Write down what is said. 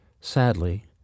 Sadly